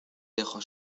dejo